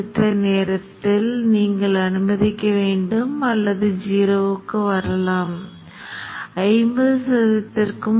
எனவே திட்டக் கோப்பிலிருந்து நீங்கள் இந்த கட்டளையை வழங்குகிறீர்கள் இப்போது ஒரு நிகர கோப்பு உருவாக்கப்படுவதைக் பார்க்கலாம்